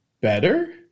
better